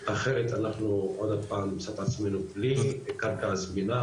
אחרת אנחנו עוד הפעם נמצא את עצמנו בלי קרקע זמינה